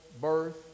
birth